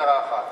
באבטלה,